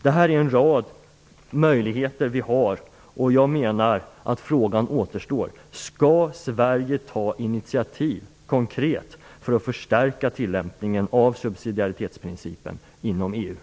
Vi har en rad möjligheter, men frågan återstår: Skall Sverige ta konkreta initiativ till att förstärka tillämpningen av subsidiaritetsprincipen inom EU?